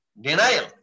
denial